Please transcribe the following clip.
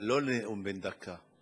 לא לנאום בן דקה,